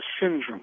syndrome